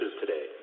today